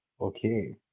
Okay